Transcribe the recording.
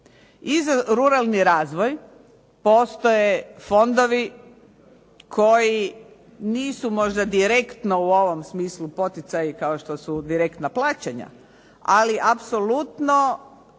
I za ruralni razvoj postoje fondovi koji nisu možda direktno u ovom smislu poticaji kao što su direktna plaćanja, ali apsolutno